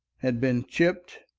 had been chipped,